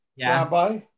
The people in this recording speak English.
Rabbi